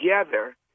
together